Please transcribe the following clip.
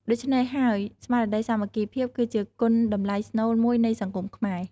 ដូច្នេះហើយ ស្មារតីសាមគ្គីភាព គឺជាគុណតម្លៃស្នូលមួយនៃសង្គមខ្មែរ។